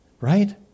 right